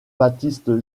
baptiste